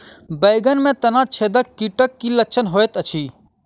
बैंगन मे तना छेदक कीटक की लक्षण होइत अछि?